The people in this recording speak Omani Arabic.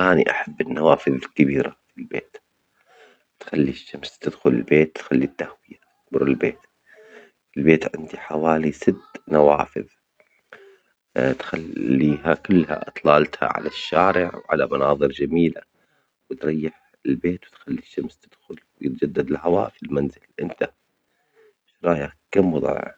أني أحب النوافذ الكبيرة في البيت تخلي الشمس تدخل البيت تخليه تدفي جدور البيت عندي حوالي ست نوافذ تخليها كلها إطلالتها على الشارع وعلى مناظر جميلة بتريح البيت وتخلي الشمس تدخل يتجدد الهواء في المنزل، إنت شو رأيك كام (اا)